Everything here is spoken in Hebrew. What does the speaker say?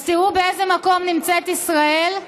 אז תראו באיזה מקום נמצאת ישראל.